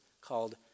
called